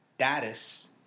status